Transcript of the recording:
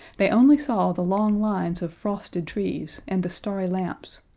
they only saw the long lines of frosted trees and the starry lamps,